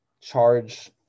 charge